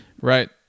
Right